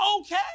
okay